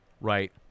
right